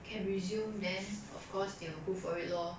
can resume then of course they will go for it lor